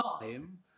time